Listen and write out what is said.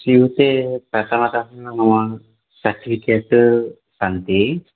स्यूते प्रसादः मम सर्टिफ़िकेट् सन्ति